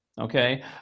Okay